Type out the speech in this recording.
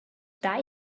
die